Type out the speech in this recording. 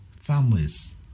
families